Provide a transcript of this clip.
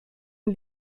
ihn